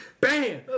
Bam